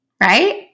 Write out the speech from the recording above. right